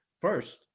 First